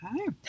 Okay